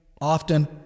often